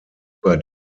über